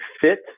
fit